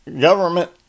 government